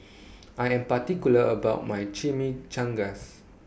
I Am particular about My Chimichangas